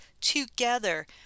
together